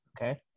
Okay